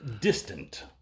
Distant